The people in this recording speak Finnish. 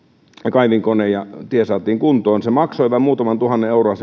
kaivinkoneen ja tie saatiin kuntoon sen kuntoon laittaminen maksoi vain muutaman tuhannen euroa